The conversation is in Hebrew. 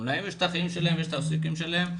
גם להם יש החיים שלהם ואת העיסוקים שלהם.